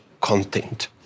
content